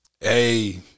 Hey